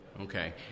Okay